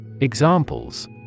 Examples